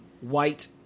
White